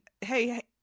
hey